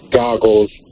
goggles